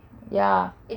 ya